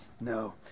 No